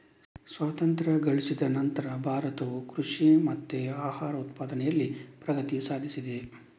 ಸ್ವಾತಂತ್ರ್ಯ ಗಳಿಸಿದ ನಂತ್ರ ಭಾರತವು ಕೃಷಿ ಮತ್ತೆ ಆಹಾರ ಉತ್ಪಾದನೆನಲ್ಲಿ ಪ್ರಗತಿ ಸಾಧಿಸಿದೆ